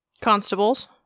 Constables